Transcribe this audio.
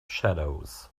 shadows